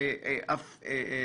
אף יותר.